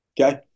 Okay